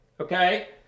okay